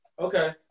Okay